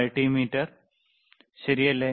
multimeter ശരിയല്ലേ